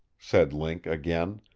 said link, again.